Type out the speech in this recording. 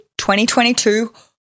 2022